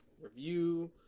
review